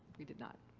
we did not.